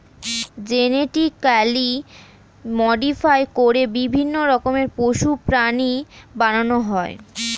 genetically modify করে বিভিন্ন রকমের পশু, প্রাণী বানানো হয়